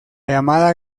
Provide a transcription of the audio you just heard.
llamada